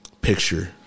picture